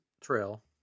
trail